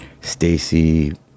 Stacy